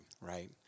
right